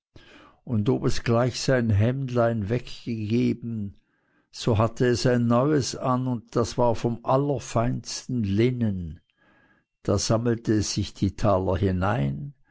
und ob es gleich sein hemdlein weggegeben so hatte es ein neues an und das war vom allerfeinsten linnen da sammelte es sich die taler hinein